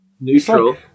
Neutral